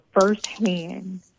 firsthand